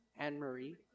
Anne-Marie